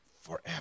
forever